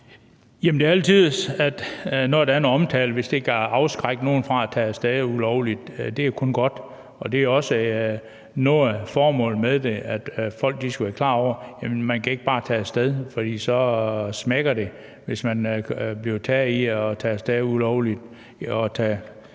er alle tiders, at der er noget omtale. Hvis det kan afskrække nogen fra at tage af sted ulovligt, er det kun godt. Og en del af formålet med det er også, at folk skal være klar over, at man ikke bare kan tage af sted, for fælden smækker, hvis man bliver taget i at tage ulovligt